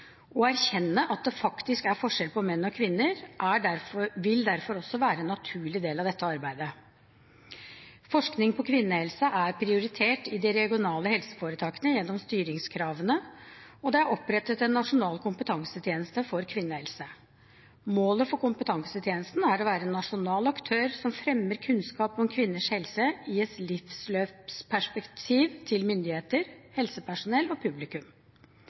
erkjenne at det faktisk er forskjell på menn og kvinner, vil derfor også være en naturlig del av dette arbeidet. Forskning på kvinnehelse er prioritert i de regionale helseforetakene gjennom styringskravene, og det er opprettet en nasjonal kompetansetjeneste for kvinnehelse. Målet for kompetansetjenesten er å være en nasjonal aktør som fremmer kunnskap om kvinners helse i et livsløpsperspektiv til myndigheter, helsepersonell og publikum.